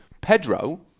Pedro